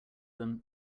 them